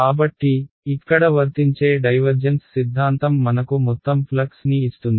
కాబట్టి ఇక్కడ వర్తించే డైవర్జెన్స్ సిద్ధాంతం మనకు మొత్తం ఫ్లక్స్ని ఇస్తుంది